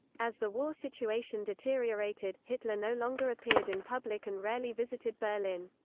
as the war situation deteriorated, hitler no longer appeared in public and rarely visited berlin.